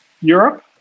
Europe